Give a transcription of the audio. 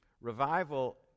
Revival